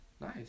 Nice